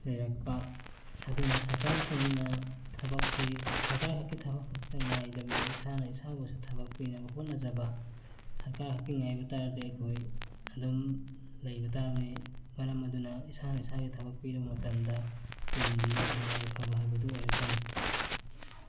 ꯂꯩꯔꯛꯄ ꯑꯗꯨꯅ ꯁꯔꯀꯥꯔꯁꯤꯡꯅ ꯊꯕꯛꯁꯤ ꯁꯔꯀꯥꯔꯈꯛꯀꯤ ꯊꯕꯛꯈꯛꯇꯪ ꯉꯥꯏꯗꯕꯤꯗ ꯏꯁꯥꯅ ꯏꯁꯥꯕꯨꯁꯨ ꯊꯕꯛ ꯄꯤꯅꯕ ꯍꯣꯠꯅꯖꯕ ꯁꯔꯀꯥꯔꯈꯛꯀꯤ ꯉꯥꯏꯕ ꯇꯥꯔꯒꯗꯤ ꯑꯩꯈꯣꯏ ꯑꯗꯨꯝ ꯂꯩꯕ ꯇꯥꯕꯅꯤ ꯃꯔꯝ ꯑꯗꯨꯅ ꯏꯁꯥꯅ ꯏꯁꯥꯒꯤ ꯊꯕꯛ ꯄꯤꯔꯕ ꯃꯇꯝꯗ ꯇꯨꯡꯒꯤ ꯅꯨꯡꯉꯥꯏ ꯌꯥꯏꯐꯕ ꯍꯥꯏꯕꯗꯨ ꯑꯣꯏꯔꯛꯀꯅꯤ